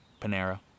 Panera